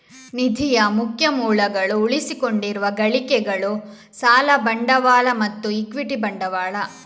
ನಿಧಿಯ ಮುಖ್ಯ ಮೂಲಗಳು ಉಳಿಸಿಕೊಂಡಿರುವ ಗಳಿಕೆಗಳು, ಸಾಲ ಬಂಡವಾಳ ಮತ್ತು ಇಕ್ವಿಟಿ ಬಂಡವಾಳ